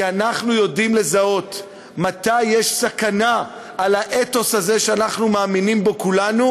כי אנחנו יודעים לזהות מתי יש סכנה לאתוס הזה שאנחנו מאמינים בו כולנו,